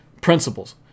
principles